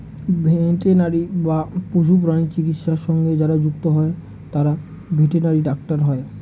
veterinary বা পশুপ্রাণী চিকিৎসা সঙ্গে যারা যুক্ত হয় তারা ভেটেনারি ডাক্তার হয়